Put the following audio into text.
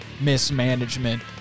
mismanagement